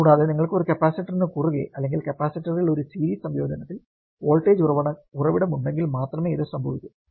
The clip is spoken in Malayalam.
കൂടാതെ നിങ്ങൾക്ക് ഒരു കപ്പാസിറ്ററിനു കുറുകെ അല്ലെങ്കിൽ കപ്പാസിറ്ററുകളുടെ ഒരു സീരീസ് സംയോജനത്തിൽ വോൾട്ടേജ് ഉറവിടമുണ്ടെങ്കിൽ മാത്രമേ ഇത് സംഭവിക്കൂ